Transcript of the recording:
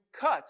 cut